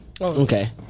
Okay